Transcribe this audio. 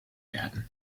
werden